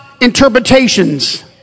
interpretations